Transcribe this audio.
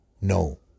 no